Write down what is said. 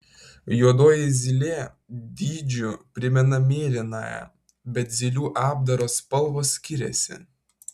juodoji zylė dydžiu primena mėlynąją bet zylių apdaro spalvos skiriasi